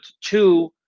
two